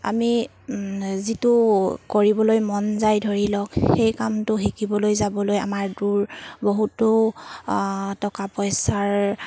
আমি যিটো কৰিবলৈ মন যায় ধৰি লওক সেই কামটো শিকিবলৈ যাবলৈ আমাৰ দূৰ বহুতো টকা পইচাৰ